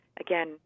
again